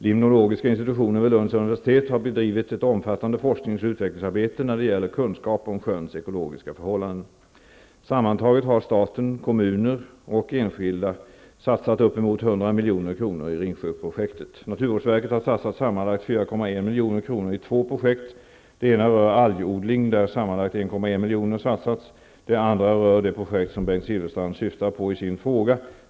Limnologiska institutionen vid Lunds universitet har bedrivit ett omfattande forsknings och utvecklingsarbete när det gäller kunskap om sjöns ekologiska förhållanden. Sammantaget har staten, kommuner och enskilda satsat uppemot 100 milj.kr. i Ringsjöprojektet. Naturvårdsverket har satsat sammanlagt 4,1 milj.kr. i två projekt. Det ena rör algodling, där sammanlagt 1,1 milj.kr. satsats. Det andra rör det projekt som Bengt Silfverstrand syftar på i sin fråga.